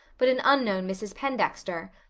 but an unknown mrs. pendexter,